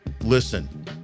Listen